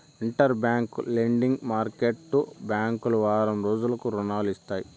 inter bank lending market బ్యాంకులు వారం రోజులకు రుణాలు ఇస్తాయి